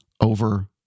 over